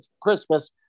Christmas